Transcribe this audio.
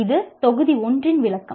இது தொகுதி 1 இன் விளக்கம்